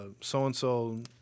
so-and-so